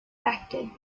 acted